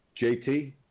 JT